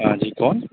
हाँ जी कौन